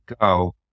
go